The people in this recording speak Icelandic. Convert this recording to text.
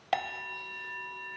Það